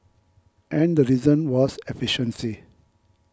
and the reason was efficiency